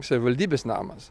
savivaldybės namas